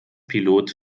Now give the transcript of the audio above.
pilot